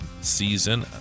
season